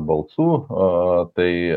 balsų o tai